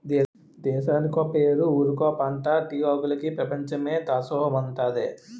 దేశానికో పేరు ఊరికో పంటా టీ ఆకులికి పెపంచమే దాసోహమంటాదే